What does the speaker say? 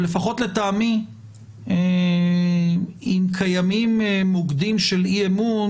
לפחות לטעמי אם קיימים מוקדים של אי אמון,